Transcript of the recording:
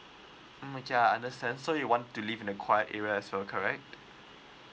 mm ya I understand so you want to live in a quiet area as well correct